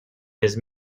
his